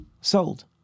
sold